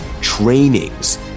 trainings